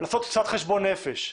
לעשות קצת חשבון נפש,